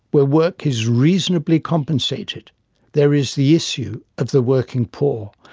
where work is reasonably compensated there is the issue of the working poor.